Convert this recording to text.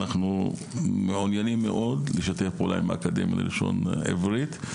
אנחנו מעוניינים מאוד לשתף פעולה עם האקדמיה ללשון עברית,